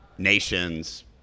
nations